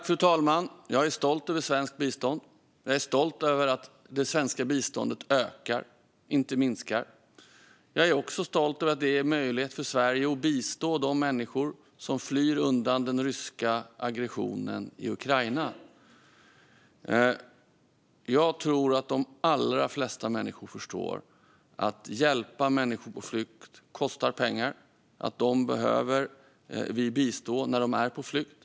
Fru talman! Jag är stolt över svenskt bistånd. Jag är stolt över att det svenska biståndet ökar, inte minskar. Jag är också stolt över att det ger en möjlighet för Sverige att bistå de människor som flyr undan den ryska aggressionen i Ukraina. Jag tror att de allra flesta människor förstår att det kostar pengar om man vill hjälpa människor på flykt. Vi behöver bistå dem när de är på flykt.